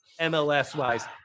MLS-wise